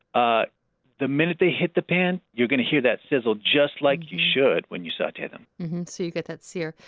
ah the minute they hit the pan you're going to hear that sizzle just like you should when you saute them so you get that sear.